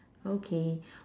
okay